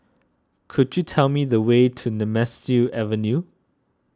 could you tell me the way to Nemesu Avenue